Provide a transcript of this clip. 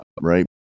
right